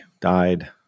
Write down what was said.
died